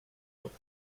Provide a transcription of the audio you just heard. flock